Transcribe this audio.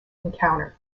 encounter